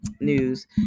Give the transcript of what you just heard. news